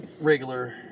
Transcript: regular